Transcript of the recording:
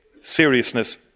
seriousness